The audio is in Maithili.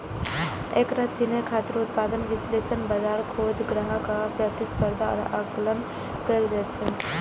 एकरा चिन्है खातिर उत्पाद विश्लेषण, बाजार खोज, ग्राहक आ प्रतिस्पर्धा के आकलन कैल जाइ छै